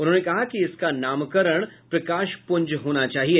उन्होंने कहा कि इसका नामकरण प्रकाश पुंज होना चाहिए